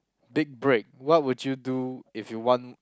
big break what would you do if you want